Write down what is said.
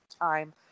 time